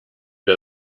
der